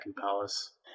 Palace